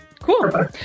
Cool